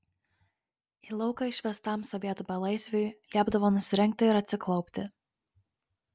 į lauką išvestam sovietų belaisviui liepdavo nusirengti ir atsiklaupti